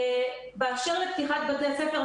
באשר לפתיחת בתי הספר,